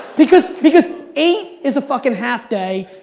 because because eight is a fuckin' half day,